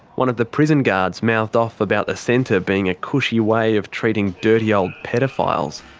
one of the prison guards mouthed off about the centre being a cushy way of treating dirty old paedophiles.